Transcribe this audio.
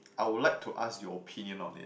I would like to ask your opinion on it